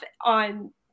on